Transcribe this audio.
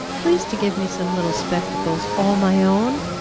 please to give me some little spectacles, all my own!